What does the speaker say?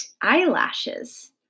eyelashes